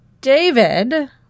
David